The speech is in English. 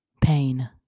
Pain